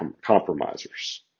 compromisers